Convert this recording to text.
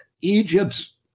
Egypt's